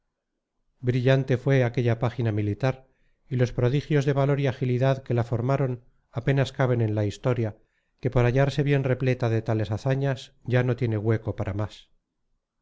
brillante fue aquella página militar y los prodigios de valor y agilidad que la formaron apenas caben en la historia que por hallarse bien repleta de tales hazañas ya no tiene hueco para más